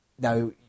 Now